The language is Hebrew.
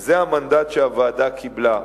זה המנדט שהוועדה קיבלה,